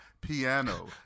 Piano